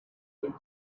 big